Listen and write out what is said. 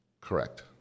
Correct